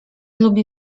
lubi